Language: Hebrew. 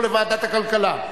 או לוועדת הכלכלה?